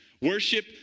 Worship